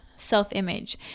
self-image